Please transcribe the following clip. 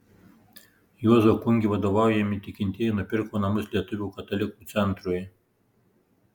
juozo kungi vadovaujami tikintieji nupirko namus lietuvių katalikų centrui